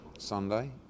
Sunday